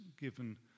given